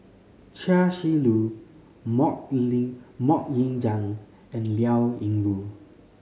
Chia Shi Lu Mok Ling Mok Ying Jang and Liao Yingru